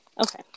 Okay